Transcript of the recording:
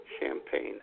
Champagne